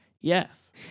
yes